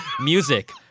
music